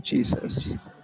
Jesus